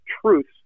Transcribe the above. truths